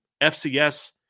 FCS